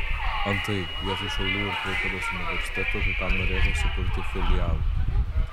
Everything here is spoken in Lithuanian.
antai vietoj šiaulių ir klaipėdos universitetų kai kam norėtųsi kurti filialus